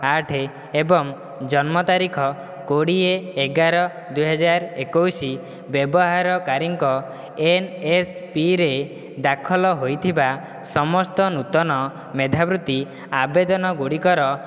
ଆଠ ଏବଂ ଜନ୍ମ ତାରିଖ କୋଡ଼ିଏ ଏଗାର ଦୁଇହଜାର ଏକୋଇଶି ବ୍ୟବହାରକାରୀଙ୍କ ଏନ୍ ଏସ୍ ପିରେ ଦାଖଲ ହୋଇଥିବା ସମସ୍ତ ନୂତନ ମେଧାବୃତ୍ତି ଆବେଦନଗୁଡ଼ିକର